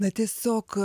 na tiesiog